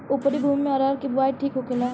उपरी भूमी में अरहर के बुआई ठीक होखेला?